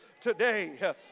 today